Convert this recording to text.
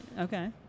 okay